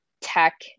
tech